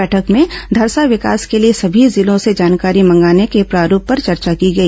बैठक में धरसा विकास के लिए सभी जिलों से जानकारी मंगाने के प्रारुप पर चर्चा की गई